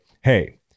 hey